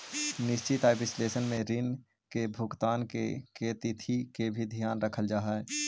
निश्चित आय विश्लेषण में ऋण के भुगतान के तिथि के भी ध्यान रखल जा हई